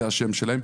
זה השם שלהם.